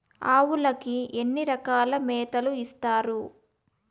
ఆవులకి ఎన్ని రకాల మేతలు ఇస్తారు?